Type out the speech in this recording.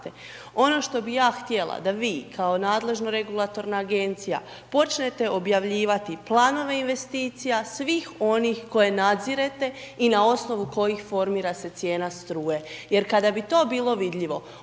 Ono što bi ja htjela, da vi, kao nadležno regulatoran agencija, počnete objavljivati planove investicije svih onih koje nadzirete i na osnovu kojih formira se cijena struje. Jer kada bi to bilo vidljivo,